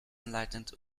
enlightened